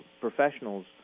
professionals